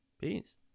peace